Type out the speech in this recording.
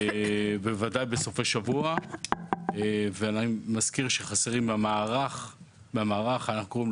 בוודאי גם בסופי שבוע ואני מזכיר שחסרים במערך הייעודי,